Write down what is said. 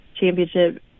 championship